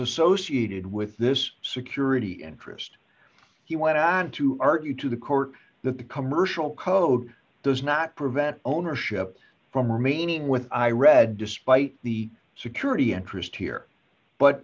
associated with this security interest he went on to argue to the court that the commercial code does not prevent ownership from remaining with i read despite the security interest here but